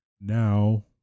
Now